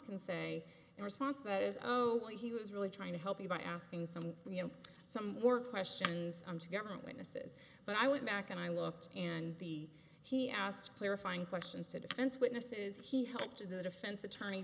response that is oh he was really trying to help you by asking some you know some more questions on to government witnesses but i went back and i looked and the he asked clarifying questions to defense witnesses he helped the defense attorney